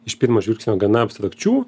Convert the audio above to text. iš pirmo žvilgsnio gana abstrakčių